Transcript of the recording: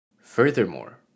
Furthermore